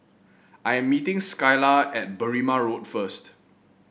I'm meeting Skylar at Berrima Road first